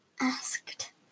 asked